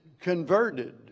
converted